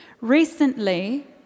Recently